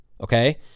okay